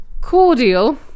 Cordial